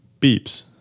Beeps